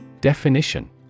Definition